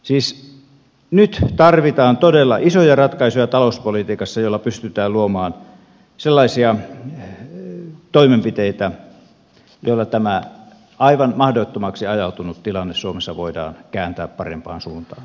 siis nyt tarvitaan talouspolitiikassa todella isoja ratkaisuja joilla pystytään luomaan sellaisia toimenpiteitä joilla tämä aivan mahdottomaksi ajautunut tilanne suomessa voidaan kääntää parempaan suuntaan